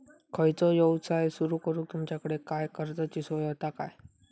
खयचो यवसाय सुरू करूक तुमच्याकडे काय कर्जाची सोय होता काय?